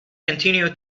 continued